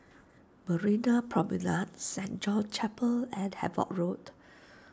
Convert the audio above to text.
Marina Promenade Saint John's Chapel and Havelock Road